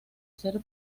ser